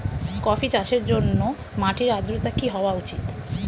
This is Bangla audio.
কফি চাষের জন্য মাটির আর্দ্রতা কি হওয়া উচিৎ?